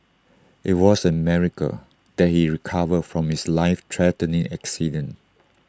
IT was A miracle that he recovered from his life threatening accident